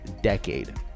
decade